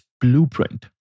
blueprint